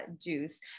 juice